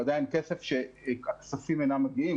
עדיין הכספים אינם מגיעים,